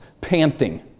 panting